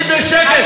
תשבי בשקט.